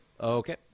Okay